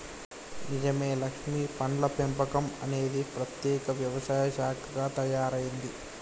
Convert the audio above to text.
నిజమే లక్ష్మీ పండ్ల పెంపకం అనేది ప్రత్యేక వ్యవసాయ శాఖగా తయారైంది